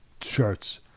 shirts